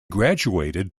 graduated